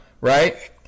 right